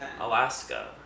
Alaska